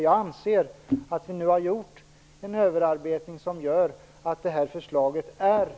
Jag anser att vi nu har gjort en överarbetning som gör att förslaget är bra.